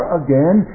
again